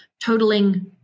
totaling